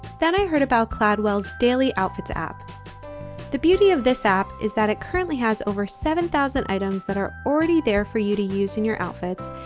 then i heard about cladwell's daily outfits app the beauty of this app is that it currently has over seven thousand items that are already there for you to use in your outfits,